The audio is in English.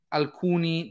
alcuni